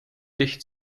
dicht